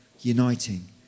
uniting